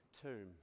tomb